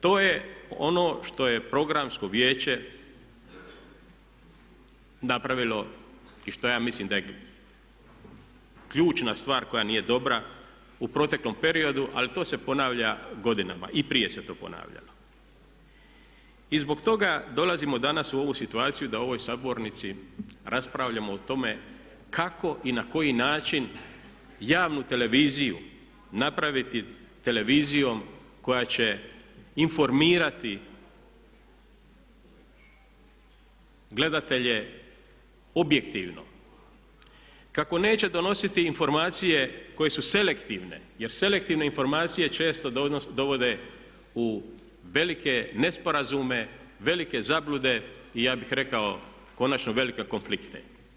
To je ono što je programsko vijeće i što ja mislim da je ključna stvar koja nije dobra, u proteklom periodu ali to se ponavlja godinama, i prije se to ponavljalo i zbog toga dolazimo danas u ovu situaciju da u ovoj sabornici raspravljamo o tome kako i na koji način javnu televiziju napraviti televizijom koja će informirati gledatelje objektivno, kako neće donositi informacije koje su selektivne jer selektivne informacije često dovode u velike nesporazume, velike zablude i ja bih rekao konačno velike konflikte.